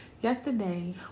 yesterday